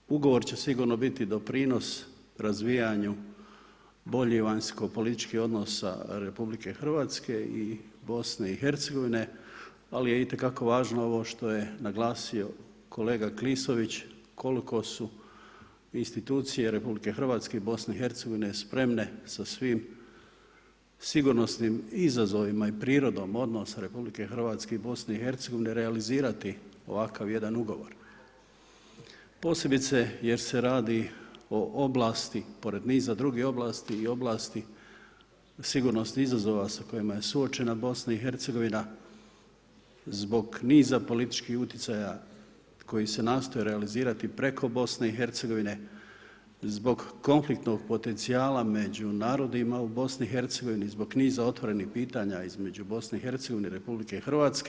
Ovaj ugovor će sigurno biti doprinos razvijanju boljih vanjsko-političkih odnosa RH i Bosne i Hercegovine, ali je itekako važno ovo što je naglasio kolega Klisović koliko su institucije RH i BiH spremne sa svim sigurnosnim izazovima i prirodom odnosa RH i BiH realizirati ovakav jedan ugovor posebice jer se radi o oblasti pored niza drugih oblasti i oblasti sigurnosnih izazova sa kojima je suočena BiH zbog niza političkih uticaja koji se nastoje realizirati preko BiH zbog konfliktnog potencijala među narodima u BiH, zbog niza otvorenih pitanja između BiH i Republike Hrvatske.